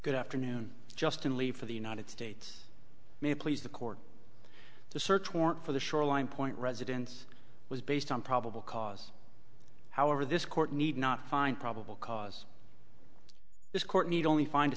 good afternoon justin lee for the united states may please the court the search warrant for the shoreline point residence was based on probable cause however this court need not find probable cause this court need only find a